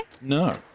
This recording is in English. No